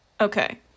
Okay